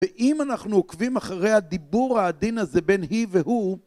ואם אנחנו עוקבים אחרי הדיבור העדין הזה בין היא והוא,